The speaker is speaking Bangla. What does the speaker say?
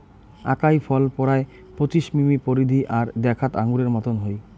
আকাই ফল পরায় পঁচিশ মিমি পরিধি আর দ্যাখ্যাত আঙুরের মতন হই